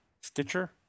Stitcher